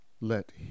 Let